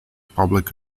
public